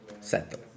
settle